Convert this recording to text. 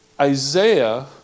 Isaiah